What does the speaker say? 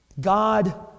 God